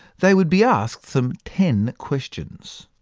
they would be asked some ten questions.